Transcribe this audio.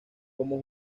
como